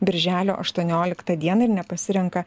birželio aštuonioliktą dieną ir nepasirenka